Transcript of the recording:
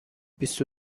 بیست